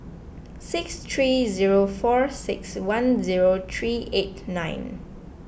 six three zero four six one zero three eight nine